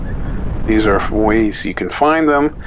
these are ways you can find them.